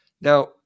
Now